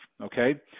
Okay